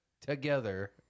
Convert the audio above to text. together